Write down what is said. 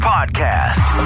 Podcast